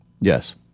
yes